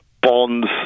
bonds